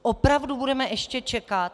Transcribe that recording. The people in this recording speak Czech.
Opravdu budeme ještě čekat?